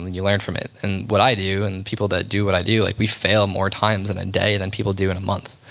you learn from it. and what i do, and people that do what i do, like we fail more times in a day than people do in a month.